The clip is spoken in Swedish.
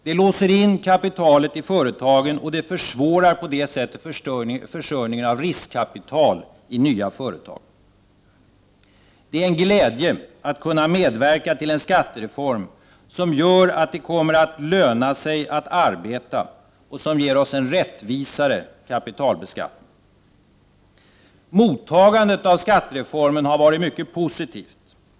Det låser in kapitalet i företagen och försvårar därmed försörjningen av riskkapital i nya företag. Det är en glädje att kunna medverka till en skattereform som gör att det kommer att löna sig att arbeta och som ger oss en rättvisare kapitalbeskattning. Mottagandet av skattereformen har varit mycket positivt.